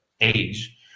age